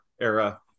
era